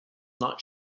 not